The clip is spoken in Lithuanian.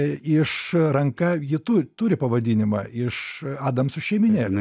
iš ranka ji tu turi pavadinimą iš adamsų šeimynėlė